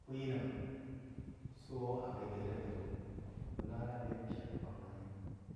kú yí nəm, sō abaíbaí rəg beī rəg-kú na’gh ná bē a kú shād rəg fām nā yeí